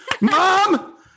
Mom